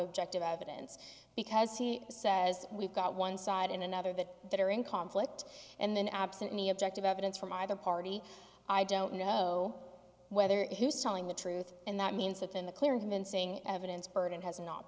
objective evidence because he says we've got one side in another that that are in conflict and then absent any objective evidence from either party i don't know whether it who's telling the truth and that means that in the clear and convincing evidence burden has not